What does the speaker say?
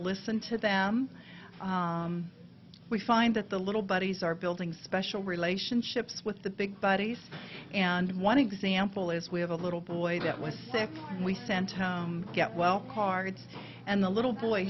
listen to them we find that the little bodies are building special relationships with the big bodies and one example is we have a little boy that was six we sent to get well cards and the little boy